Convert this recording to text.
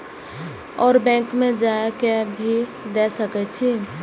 और बैंक में जा के भी दे सके छी?